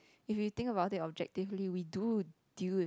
if you think about it objectively we do deal with